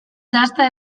dasta